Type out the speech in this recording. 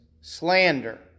slander